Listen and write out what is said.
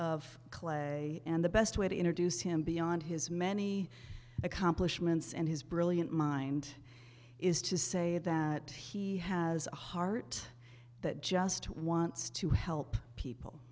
of clay and the best way to introduce him beyond his many accomplishments and his brilliant mind is to say that he has a heart that just wants to help people